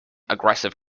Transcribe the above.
aggressive